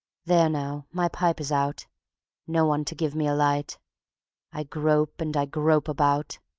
there now, my pipe is out no one to give me a light i grope and i grope about.